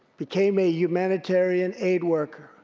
became a humanitarian aid worker.